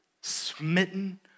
smitten